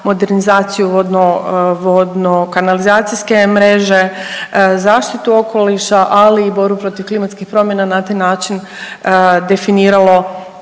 modernizaciju vodovodno-kanalizacijske mreže, zaštitu okoliša, ali i borbu protiv klimatskih promjena, na taj način definiralo